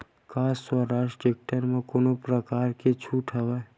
का स्वराज टेक्टर म कोनो प्रकार के छूट हवय?